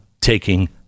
taking